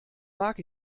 mag